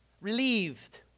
relieved